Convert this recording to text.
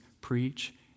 preach